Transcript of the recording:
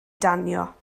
danio